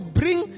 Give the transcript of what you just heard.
bring